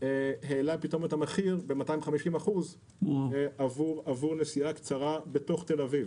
העלה פתאום את המחיר ב-250% עבור נסיעה קצרה בתוך תל אביב.